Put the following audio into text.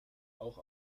auch